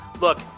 Look